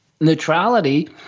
neutrality